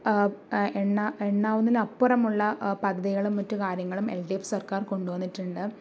എണ്ണ എണ്ണാവുന്നതിൽ അപ്പുറമുള്ള പദ്ധതികളും മറ്റു കാര്യങ്ങളും എൽ ഡി എഫ് സർക്കാർ കൊണ്ടുവന്നിട്ടുണ്ട്